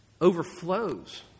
overflows